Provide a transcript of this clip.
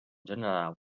general